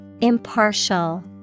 Impartial